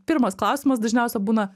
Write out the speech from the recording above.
pirmas klausimas dažniausiai būna